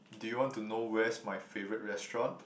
do you want to know where's my favourite restaurant